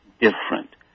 different